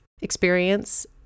experience